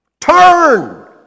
turn